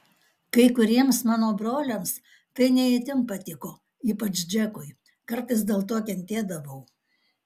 kai kuriems mano broliams tai ne itin patiko ypač džekui kartais dėl to kentėdavau